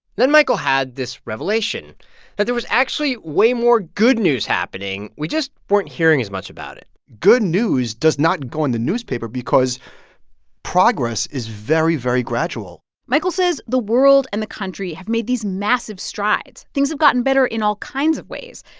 then michael had this revelation that there was actually way more good news happening we just weren't hearing as much about it good news does not go in the newspaper because progress is very, very gradual michael says the world and the country have made these massive strides. things have gotten better in all kinds of ways.